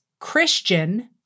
Christian